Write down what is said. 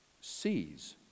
sees